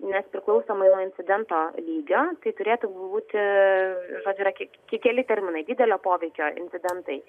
nes priklausomai nuo incidento lygio tai turėtų būti žodžiu yra ke keli terminai didelio poveikio incidentai